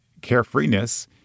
carefreeness